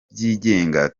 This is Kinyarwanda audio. byigenga